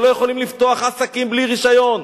שלא יכולים לפתוח עסקים בלי רשיון,